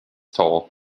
toll